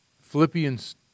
Philippians